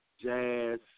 jazz